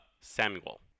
Samuel